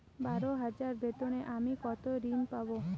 বারো হাজার বেতনে আমি কত ঋন পাব?